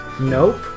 Nope